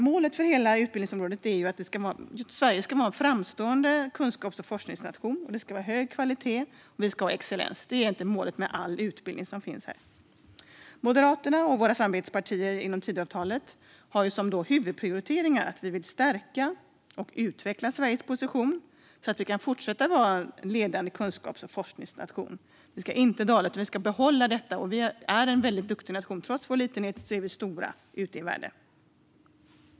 Målet för hela utgiftsområdet är att Sverige ska vara en framstående kunskaps och forskningsnation. Det ska vara hög kvalitet och excellens. Det är egentligen målet med all utbildning som finns. Moderaterna och våra samarbetspartier inom Tidöavtalet har som huvudprioriteringar att vi behöver stärka och utveckla Sveriges position så att vi kan fortsätta att vara en ledande kunskaps och forskningsnation. Vi ska inte dala utan behålla detta. Vi är en väldigt duktig nation. Trots vår litenhet är vi stora ute i världen.